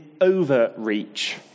overreach